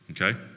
Okay